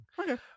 okay